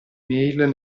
mail